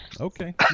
Okay